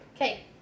Okay